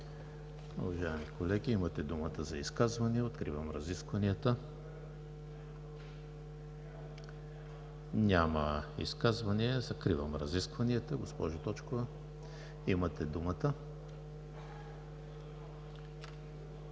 Уважаеми колеги, имате думата за изказвания. Няма изказвания. Закривам разискванията. Госпожо Точкова, имате думата.